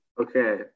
Okay